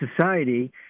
society